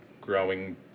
growing